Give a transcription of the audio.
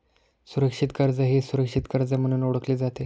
सुरक्षित कर्ज हे सुरक्षित कर्ज म्हणून ओळखले जाते